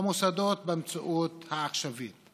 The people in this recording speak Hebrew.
המוסדות במציאות העכשווית.